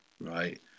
Right